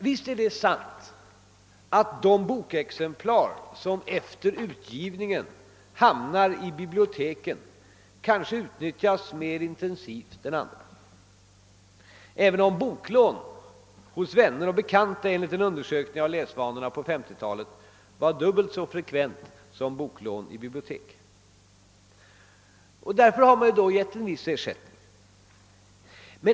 Visst är det sant att de bokexemplar, som efter utgivningen hamnar på biblioteken, troligen utnyttjas mer intensivt än andra, även om boklån hos vänner och bekanta enligt en undersökning av läsvanorna på 1950-talet var dubbelt så frekventa som boklån i bibliotek. Därför har man lämnat en viss ersättning för boklånen.